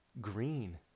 green